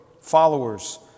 followers